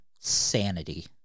sanity